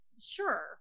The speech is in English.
sure